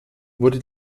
wurde